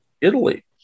Italy